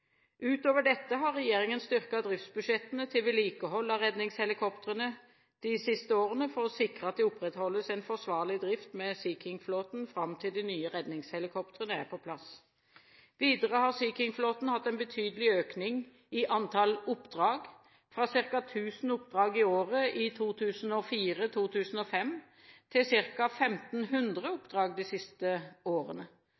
Utover dette har regjeringen styrket driftsbudsjettene til vedlikehold av redningshelikoptrene de siste årene, for å sikre at det opprettholdes en forsvarlig drift med Sea King-flåten fram til de nye redningshelikoptrene er på plass. Videre har Sea King-flåten hatt en betydelig økning i antall oppdrag, fra ca. 1 000 oppdrag i året i 2004–2005 til